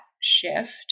shift